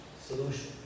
solution